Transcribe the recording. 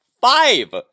five